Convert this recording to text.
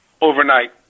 overnight